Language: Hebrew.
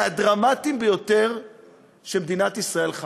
מהדרמטיים ביותר שמדינת ישראל חוותה,